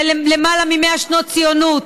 עם למעלה ממאה שנות ציונות,